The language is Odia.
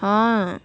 ହଁ